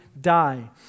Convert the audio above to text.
die